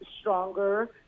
stronger